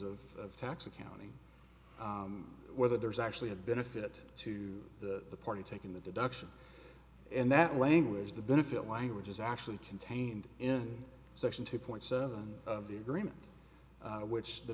of tax accounting whether there is actually a benefit to the party taking the deduction and that language the benefit language is actually contained in section two point seven of the agreement which the